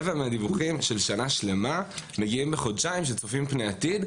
רבע מהדיווחים של שנה שלמה מגיעים מחודשיים שצופים פני עתיד,